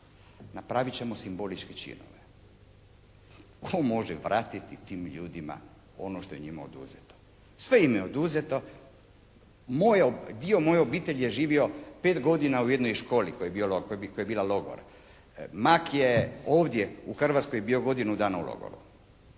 Napravit ćemo simboličke činove. Tko može vratiti tim ljudima ono što je njima oduzeto. Sve im je oduzeto, dio moje obitelji je živio 5 godina u jednoj školi koja je bila logor. Mak je ovdje u Hrvatskoj bio godinu dana u logoru,